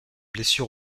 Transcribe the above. blessure